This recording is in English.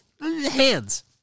hands